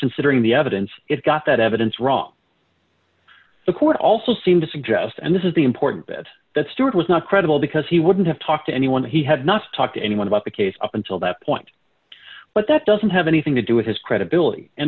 considering the evidence it got that evidence wrong the court also seemed to suggest and this is the important bit that stewart was not credible because he wouldn't have talked to anyone he had not talked to anyone about the case up until that point but that doesn't have anything to do with his credibility and